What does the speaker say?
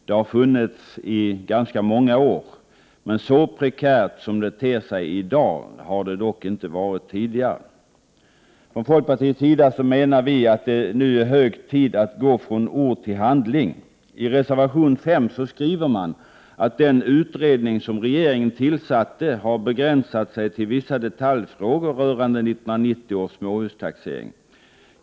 Det har funnits där i ganska många år. Så prekärt som det ter sig i dag har det dock inte varit tidigare. Från folkpartiets sida menar vi att det nu är hög tid att gå från ord till handling. I reservation 5 skriver man att den utredning som regeringen tillsatte har begränsat sig till vissa detaljfrågor rörande 1990 års småhustaxering.